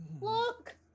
Look